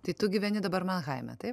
tai tu gyveni dabar manheime taip